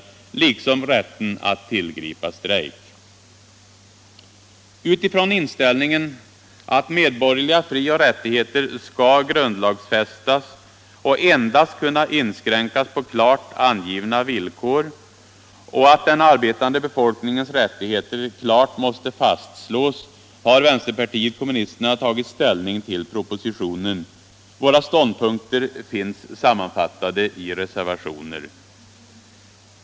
Detsamma gäller rätten att tillgripa strejk. Utifrån inställningen att medborgerliga frioch rättigheter skall grundlagsfästas och endast kunna inskränkas på klart angivna villkor och att den arbetande befolkningens rättigheter klart måste fastslås har vänsterpartiet kommunisterna tagit ställning till propositionen. Våra ståndpunkter finns sammanfattade i reservationer.